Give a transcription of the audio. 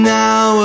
now